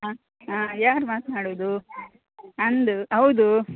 ಹಾಂ ಯಾರು ಮಾತನಾಡೋದು ನಂದು ಹೌದು